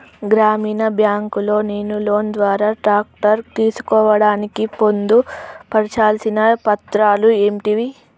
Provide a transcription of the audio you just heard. గ్రామీణ బ్యాంక్ లో నేను లోన్ ద్వారా ట్రాక్టర్ తీసుకోవడానికి పొందు పర్చాల్సిన పత్రాలు ఏంటివి?